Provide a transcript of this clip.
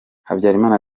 habyarimana